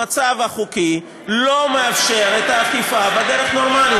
המצב החוקי לא מאפשר את האכיפה בדרך נורמלית.